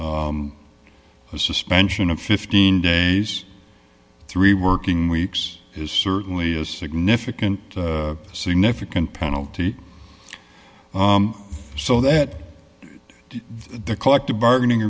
a suspension of fifteen days three working weeks is certainly a significant significant penalty so that the collective bargaining